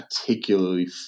particularly